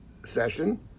session